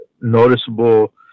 noticeable